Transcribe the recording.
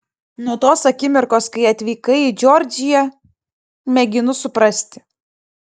nuo tos akimirkos kai atvykai į džordžiją mėginu suprasti